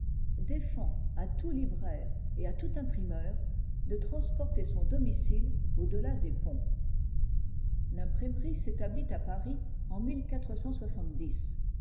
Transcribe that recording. défend à tout libraire et à tout imprimeur de transporter son domicile au-delà des ponts l'imprimerie s'établit à paris en